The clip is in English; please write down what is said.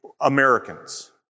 Americans